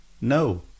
No